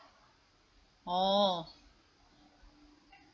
oh